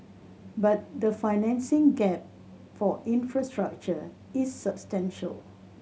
but the financing gap for infrastructure is substantial